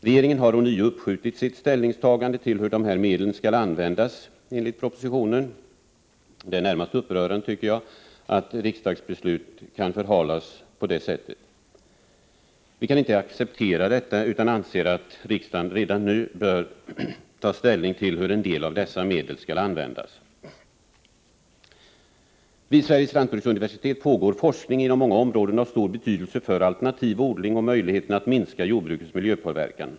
Regeringen har ånyo uppskjutit sitt ställningstagande i fråga om hur dessa medel skall användas, enligt propositionen. Det är närmast upprörande att riksdagsbeslut kan förhalas på detta sätt. Vi kan inte acceptera detta utan anser att riksdagen redan nu bör ta ställning till hur en del av dessa medel skall användas. Vid Sveriges lantbruksuniversitet pågår forskning inom många områden avstor betydelse för alternativ odling och möjligheten att minska jordbrukets miljöpåverkan.